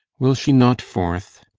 will she not forth?